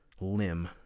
limb